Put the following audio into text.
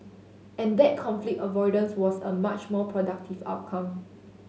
and that conflict avoidance was a much more productive outcome